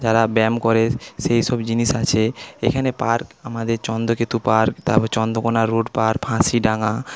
যারা ব্যায়াম করে সেই সব জিনিস আছে এখানে পার্ক আমাদের চন্দ্রকেতু পার্ক তারপরে চন্দ্রকোণা রোড পার্ক ফাঁসিডাঙ্গা